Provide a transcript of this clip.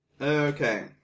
Okay